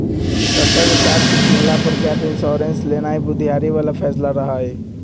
कक्का के कार के किनला पर गैप इंश्योरेंस लेनाइ बुधियारी बला फैसला रहइ